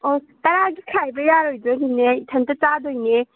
ꯇꯔꯥꯒꯤ ꯈꯥꯏꯕ ꯌꯥꯔꯣꯏꯗ꯭ꯔꯣ ꯅꯦꯅꯦ ꯏꯊꯟꯇ ꯆꯥꯗꯣꯏꯅꯦ